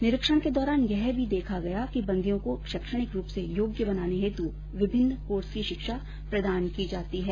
निरीक्षण के दौरान यह भी देखा गया कि बंदियों को शैक्षणिक रूप से योग्य बनाने हेतु विभिन्न कोर्स की शिक्षा प्रदान की जाती है